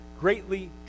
greatly